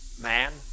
man